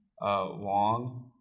Wong